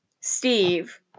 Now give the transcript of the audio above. Steve